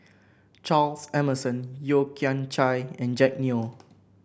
Charles Emmerson Yeo Kian Chai and Jack Neo